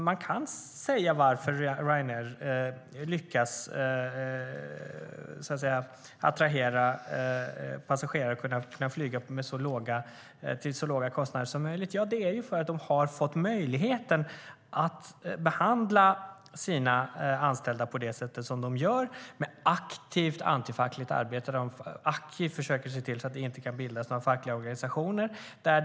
Man kan säga varför Ryanair lyckas attrahera passagerare som vill kunna flyga till så låga kostnader som möjligt. Det är för att de har fått möjligheten att behandla sina anställda på det sätt som de gör, med aktivt antifackligt arbete. De försöker aktivt se till att det inte kan bildas några fackliga organisationer.